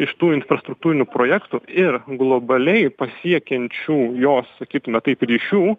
iš tų infrastruktūrinių projektų ir globaliai pasiekiančių jos sakytume taip ryšių